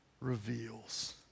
reveals